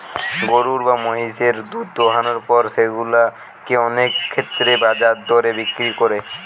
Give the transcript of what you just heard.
গরু বা মহিষের দুধ দোহানোর পর সেগুলা কে অনেক ক্ষেত্রেই বাজার দরে বিক্রি করে